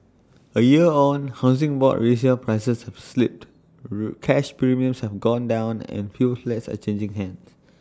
A year on Housing Board resale prices have slipped root cash premiums have gone down and fewer flats are changing hands